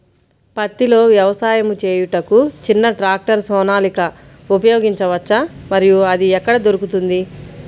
పత్తిలో వ్యవసాయము చేయుటకు చిన్న ట్రాక్టర్ సోనాలిక ఉపయోగించవచ్చా మరియు అది ఎక్కడ దొరుకుతుంది?